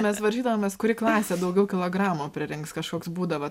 mes varžydavomės kuri klasė daugiau kilogramų pririnks kažkoks būdavo